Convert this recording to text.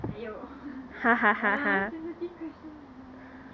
!aiyo! sensitive question sia